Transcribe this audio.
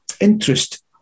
interest